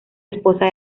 esposa